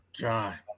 god